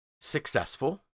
successful